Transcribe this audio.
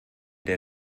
der